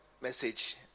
message